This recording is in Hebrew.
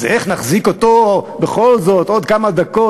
אז איך נחזיק אותו בכל זאת עוד כמה דקות